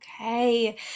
Okay